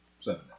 Seven